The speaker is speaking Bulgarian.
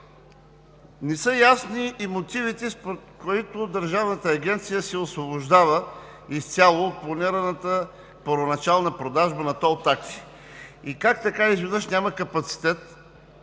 Не са ясни и мотивите, според които държавната агенция се освобождава изцяло от планираната първоначална продажба на тол такси и как така изведнъж няма капацитет